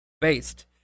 based